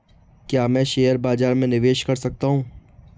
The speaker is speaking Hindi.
क्या मैं शेयर बाज़ार में निवेश कर सकता हूँ?